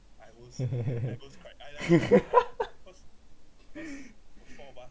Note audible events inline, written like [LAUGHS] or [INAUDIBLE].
[LAUGHS]